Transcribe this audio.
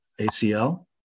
ACL